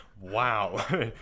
wow